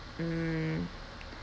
mm